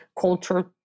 culture